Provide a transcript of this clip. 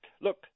Look